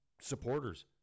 supporters